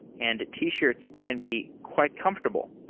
and t-shirts can be quite comfortable.